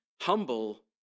Humble